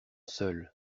seuls